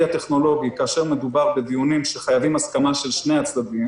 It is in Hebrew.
הטכנולוגי כאשר מדובר בדיונים שחייבים הסכמה של שני הצדדים